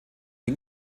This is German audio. den